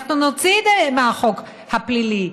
אנחנו נוציא את זה מהחוק הפלילי,